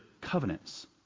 covenants